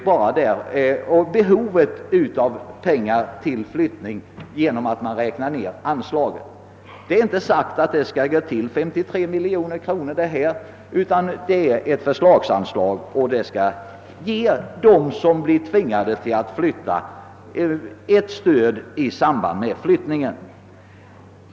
Behovet av pengar till flyttning minskas faktiskt inte genom att anslaget räknas ned. Det är inte sagt att det skall gå åt 53 miljoner, utan det gäller ett förslagsanslag som skall ge dem, som blir tvingade att flytta, ett stöd i samband med flyttningen.